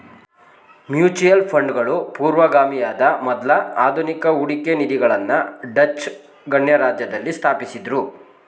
mutual ಫಂಡ್ಗಳು ಪೂರ್ವಗಾಮಿಯಾದ ಮೊದ್ಲ ಆಧುನಿಕ ಹೂಡಿಕೆ ನಿಧಿಗಳನ್ನ ಡಚ್ ಗಣರಾಜ್ಯದಲ್ಲಿ ಸ್ಥಾಪಿಸಿದ್ದ್ರು